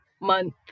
month